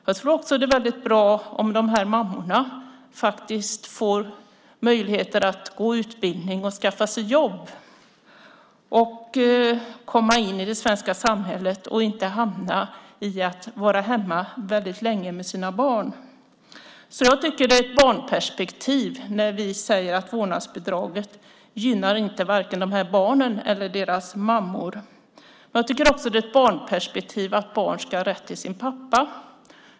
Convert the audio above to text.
Jag tror också att det är bra om mammorna får möjligheter att gå utbildningar, skaffa jobb och komma in i det svenska samhället i stället för att hamna i att vara hemma väldigt länge med sina barn. Jag tycker att det är ett barnperspektiv när vi säger att vårdnadsbidraget inte gynnar vare sig de här barnen eller deras mammor. Jag tycker också att det är ett barnperspektiv att barn ska ha rätt till sin pappa.